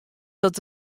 dat